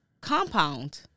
compound